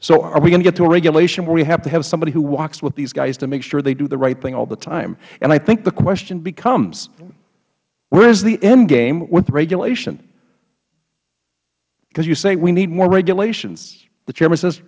so are we going to get to a regulation where we have to have somebody who walks with these guys to make sure they do the right thing all the time and i think the question becomes where is the end game with regulation because you say we need more regulations the cha